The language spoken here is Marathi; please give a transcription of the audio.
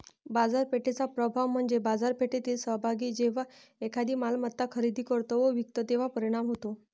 बाजारपेठेचा प्रभाव म्हणजे बाजारपेठेतील सहभागी जेव्हा एखादी मालमत्ता खरेदी करतो व विकतो तेव्हा परिणाम होतो